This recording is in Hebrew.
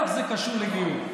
מה זה קשור לגיור?